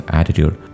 attitude